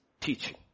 teaching